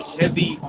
heavy